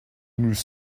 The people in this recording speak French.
nous